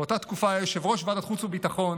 באותה תקופה היה יושב-ראש ועדת חוץ וביטחון,